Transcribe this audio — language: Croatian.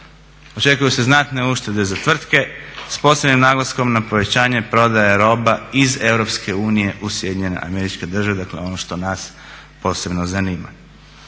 Očekuju se znatne uštede za tvrtke sa posebnim naglaskom na povećanje prodaje roba iz Europske unije u Sjedinjene